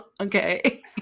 Okay